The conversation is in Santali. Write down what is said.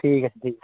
ᱴᱷᱤᱠ ᱟᱪᱷᱮ ᱴᱷᱤᱠ